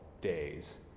days